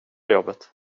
jobbet